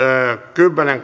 kymmenen